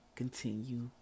continue